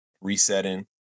resetting